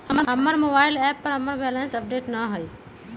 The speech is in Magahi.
हमर मोबाइल एप पर हमर बैलेंस अपडेट न हई